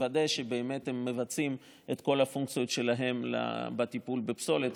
לוודא שבאמת הן מבצעות את כל הפונקציות שלהן בטיפול בפסולת.